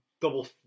double